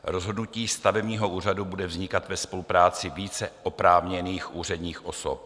Rozhodnutí stavebního úřadu bude vznikat ve spolupráci více oprávněných úředních osob.